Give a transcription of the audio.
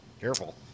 careful